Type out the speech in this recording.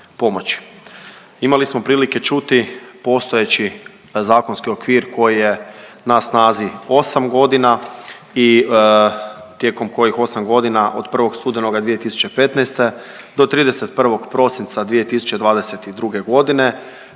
Imali smo prilike čuti postojeći zakonski okvir koji je na snazi 8 godina i tijekom kojih 8 godina od 1. studenoga 2015. do 31. prosinca 2022. godine,